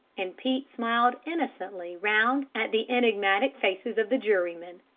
and pete smiled innocently round at the enigmatic faces of the jurymen.